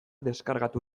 deskargatu